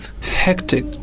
Hectic